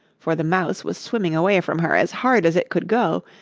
for the mouse was swimming away from her as hard as it could go,